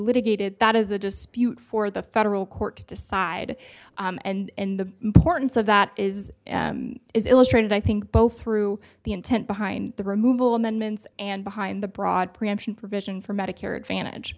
litigated that is a dispute for the federal court to decide and the importance of that is is illustrated i think both through the intent behind the removal amendments and behind the broad preemption provision for medicare advantage